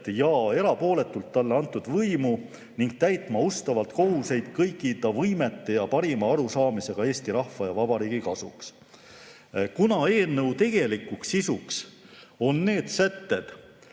ja erapooletult talle antud võimu, ning täitma ustavalt kohuseid kõikide võimete ja parima arusaamisega Eesti rahva ja Vabariigi kasuks. Kuna eelnõu tegelikuks sisuks on need sätted,